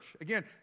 Again